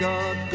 God